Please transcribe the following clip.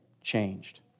changed